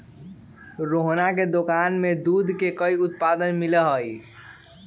रोहना के दुकान में दूध के कई उत्पाद मिला हई